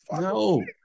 No